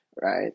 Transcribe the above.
right